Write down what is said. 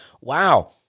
wow